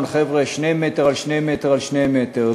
על חבר'ה של שני מטר על שני מטר על שני מטר,